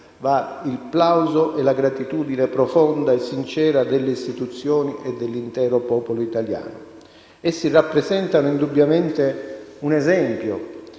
vanno il plauso e la gratitudine profonda e sincera delle istituzioni e dell'intero popolo italiano. Essi rappresentano indubbiamente un esempio